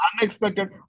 Unexpected